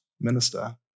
minister